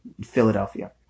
Philadelphia